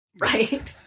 right